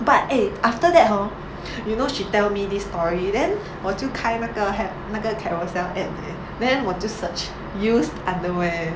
but eh after that hor you know she tell me this story then 我就开那个 app 那个 Carousell app eh then 我就 search used underwear